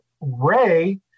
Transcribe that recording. Ray